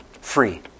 Free